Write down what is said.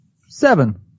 Seven